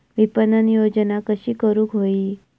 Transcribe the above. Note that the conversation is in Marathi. विपणन योजना कशी करुक होई?